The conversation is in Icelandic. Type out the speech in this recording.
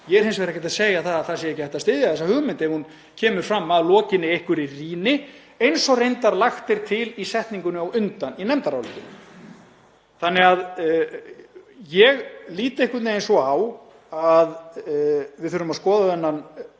Ég er hins vegar ekkert að segja að það sé ekki hægt að styðja þessa hugmynd ef hún kemur fram að lokinni einhverri rýni, eins og reyndar er lagt til í setningunni á undan í nefndarálitinu. Ég lít einhvern veginn svo á að við þurfum að skoða þennan